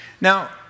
Now